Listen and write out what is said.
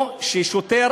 או ששוטר,